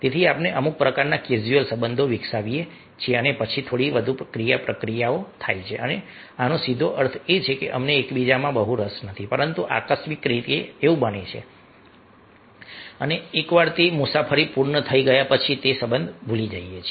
તેથી આપણે અમુક પ્રકારના કેઝ્યુઅલ સંબંધો વિકસાવીએ છીએ અને પછી થોડી વધુ ક્રિયાપ્રતિક્રિયાઓ થાય છે અને આનો સીધો અર્થ એ છે કે અમને એકબીજામાં બહુ રસ નથી પરંતુ આકસ્મિક રીતે એવું બને છે કે એકવાર તે મુસાફરી પૂર્ણ થઈ જાય કે આપણે આ સંબંધ ભૂલી જઈએ છીએ